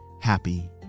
happy